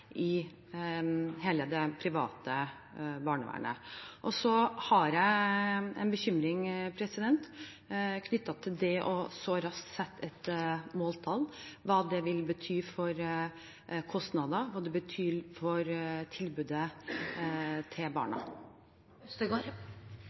i hele det private barnevernet. Så har jeg en bekymring knyttet til så raskt å sette et måltall, hva det vil bety for kostnader, hva det betyr for tilbudet til